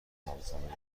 نابسامانی